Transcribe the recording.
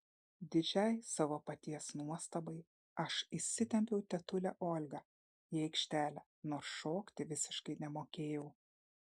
didžiai savo paties nuostabai aš išsitempiau tetulę olgą į aikštelę nors šokti visiškai nemokėjau